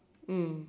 mm